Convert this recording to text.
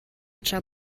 tra